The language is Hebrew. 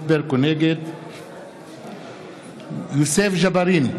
נגד יוסף ג'בארין,